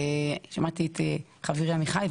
שמעתי את חברי עמיחי.